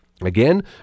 Again